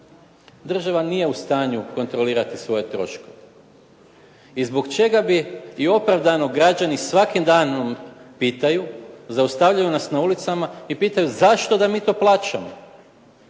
država nije u stanju kontrolirati svoje troškove i zbog čega bi, i opravdano građani svakim danom pitaju, zaustavljaju nas na ulicama i pitaju zašto da mi to plaćamo.